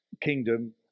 kingdom